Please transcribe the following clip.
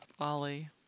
Ollie